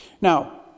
Now